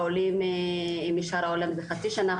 העולים משאר העולם זה חצי שנה,